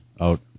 out